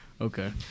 Okay